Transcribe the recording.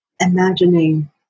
imagining